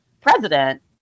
President